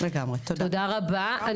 תודה רבה.